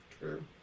True